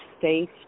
safe